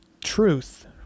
truth